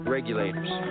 Regulators